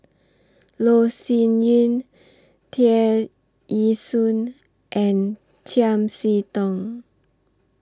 Loh Sin Yun Tear Ee Soon and Chiam See Tong